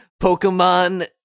Pokemon